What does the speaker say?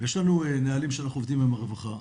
יש לנו נהלים שאנחנו עובדים עם הרווחה.